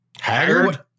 Haggard